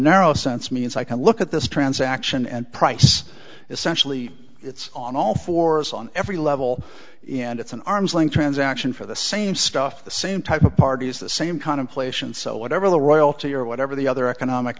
narrow sense means i can look at this transaction and price essentially it's on all fours on every level and it's an arm's length transaction for the same stuff the same type of parties the same contemplations so whatever the royalty or whatever the other economic